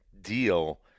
deal